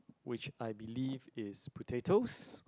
which I believe is potatoes